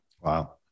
Wow